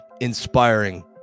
inspiring